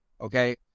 okay